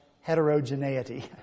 heterogeneity